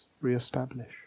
re-establish